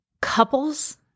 couples